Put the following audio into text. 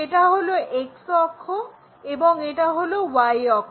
এটা হলো X অক্ষ এবং এটি হলো Y অক্ষ